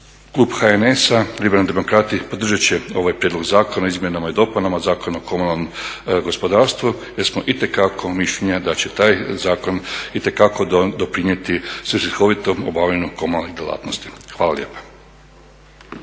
klub HNS-a Liberalni demokrati podržati će ovaj Prijedlog zakona o izmjenama i dopunama Zakona o komunalnom gospodarstvu jer smo itekako mišljenja da će taj zakon itekako doprinijeti svrsishovitom obavljanju komunalnih djelatnosti. Hvala lijepa.